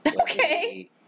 Okay